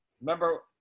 Remember